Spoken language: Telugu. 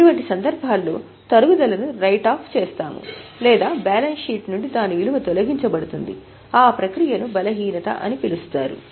ఇటువంటి సందర్భాల్లో తరుగుదల ను రైట్ ఆఫ్ చేస్తాము లేదా బ్యాలెన్స్ షీట్ నుండి దాని విలువ తొలగించబడుతుంది ఆ ప్రక్రియను బలహీనత అని పిలుస్తారు